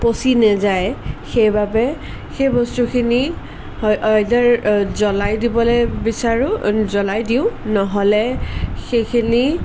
পচি নাযায় সেইবাবে সেই বস্তুখিনি হয় আইদাৰ অ জ্বলাই দিবলৈ বিচাৰোঁ জ্বলাই দিওঁ নহ'লে সেইখিনি